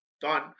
done